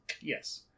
yes